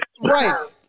right